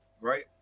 right